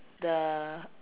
the